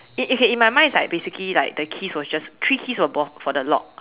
uh okay in my mind it's like basically like the keys was just like three keys were just for the lock